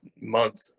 month